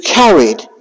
carried